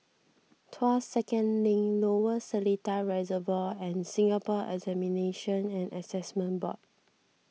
Tuas Second Link Lower Seletar Reservoir and Singapore Examinations and Assessment Board